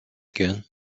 gun